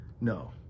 No